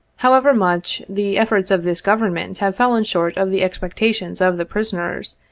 however much the efforts of this government have fallen short of the expectations of the prisoners,